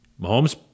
Mahomes